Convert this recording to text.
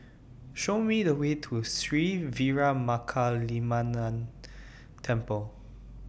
Show Me The Way to Sri Veeramakaliamman Temple